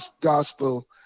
gospel